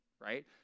right